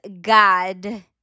God